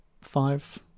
Five